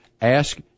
ask